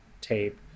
tape